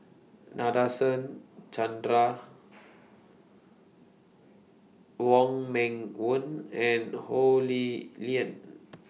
Nadasen Chandra Wong Meng Voon and Ho Lee Ling